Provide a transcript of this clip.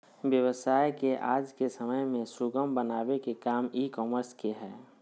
व्यवसाय के आज के समय में सुगम बनावे के काम ई कॉमर्स के हय